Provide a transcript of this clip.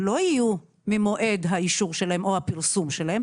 לא יהיו ממועד האישור שלהן או הפרסום שלהן,